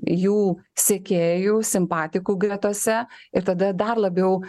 jų sekėjų simpatikų gretose ir tada dar labiau